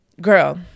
Girl